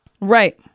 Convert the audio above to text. Right